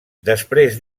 després